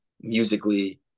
musically